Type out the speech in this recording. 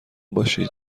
باشید